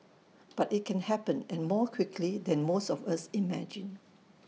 but IT can happen and more quickly than most of us imagine